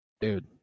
dude